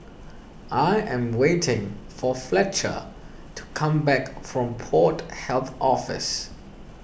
I am waiting for Fletcher to come back from Port Health Office